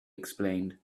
explained